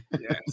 Yes